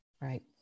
Right